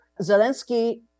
Zelensky